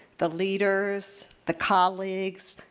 the leaders, the colleagues,